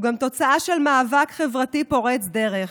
הוא גם תוצאה של מאבק חברתי פורץ דרך